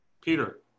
Peter